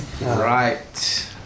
Right